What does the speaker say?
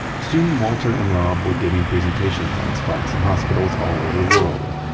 soon walter and rob were giving presentations on spikes at hospitals all over the world.